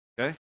Okay